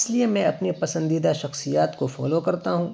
اس لیے میں اپنی پسندیدہ شخصیات کو فالو کرتا ہوں